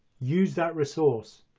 use that resource!